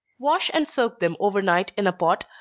wash and soak them over night in a pot,